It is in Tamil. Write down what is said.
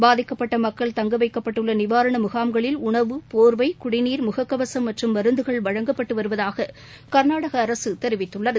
பாதிக்கப்பட்டமக்கள் தங்கவைக்கப்பட்டுள்ளநிவாரணமுகாம்களில் உணவு போர்வை குடிநீர் முகக்கவசம் மற்றும் மருந்துகள் வழங்கப்பட்டுவருவதாககர்நாடகஅரசுதெரிவித்துள்ளது